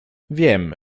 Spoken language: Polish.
wiem